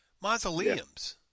Mausoleums